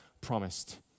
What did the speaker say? promised